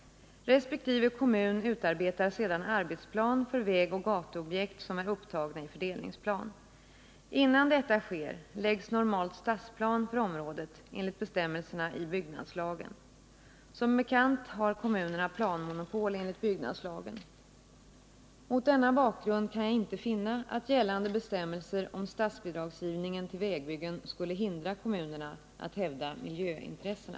Resp. kommun utarbetar sedan arbetsplan för vägoch gatuobjekt som är upptagna i fördelningsplan. Innan detta sker läggs normalt stadsplan för området enligt bestämmelserna i byggnadslagen. Som bekant har kommunerna planmonopol enligt byggnadslagen. Mot denna bakgrund kan jag inte finna att gällande bestämmelser om statsbidragsgivningen till vägbyggen skulle hindra kommunerna att hävda miljöintressena.